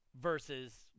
Versus